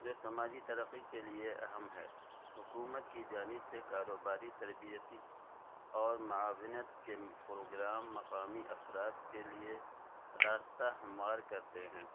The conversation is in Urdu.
جو سماجی ترقی کے لیے اہم ہے حکومت کی جانب سے کاروباری تربیتی اور معاونت کے پروگرام مقامی افراد کے لیے راستہ ہموار کرتے ہیں